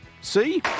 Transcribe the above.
See